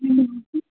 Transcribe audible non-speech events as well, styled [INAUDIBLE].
[UNINTELLIGIBLE]